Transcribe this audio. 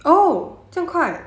oh 这样快